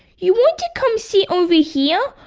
you want to come sit over here?